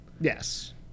Yes